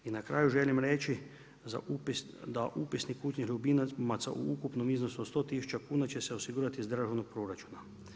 I na kraju želim reći da upisnik kućnih ljubimaca u ukupnom iznosu od 100000 kuna će se osigurati iz državnog proračuna.